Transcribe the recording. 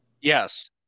Yes